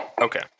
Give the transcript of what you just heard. Okay